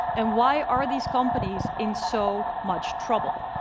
and why are these companies in so much trouble?